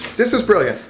this is brilliant.